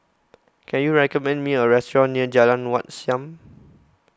can you recommend me a restaurant near Jalan Wat Siam